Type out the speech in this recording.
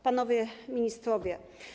Panowie Ministrowie!